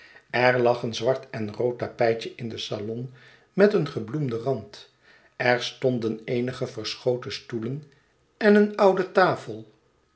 er lag een zwart en rood taptjtje in den salon met een gebloemden rand erstonden eenige verschoten stoelen en een oude tafel